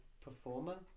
performer